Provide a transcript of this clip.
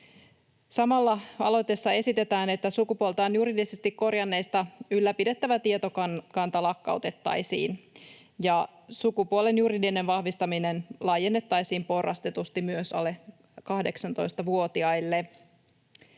Samalla aloitteessa esitetään, että sukupuoltaan juridisesti korjanneista ylläpidettävä tietokanta lakkautettaisiin ja sukupuolen juridinen vahvistaminen laajennettaisiin porrastetusti myös alle 18-vuotiaille.